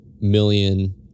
million